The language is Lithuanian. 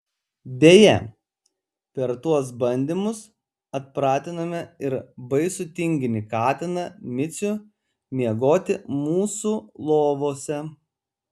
beje per tuos bandymus atpratinome ir baisų tinginį katiną micių miegoti mūsų lovose